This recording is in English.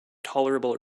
tolerable